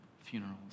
funerals